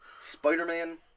Spider-Man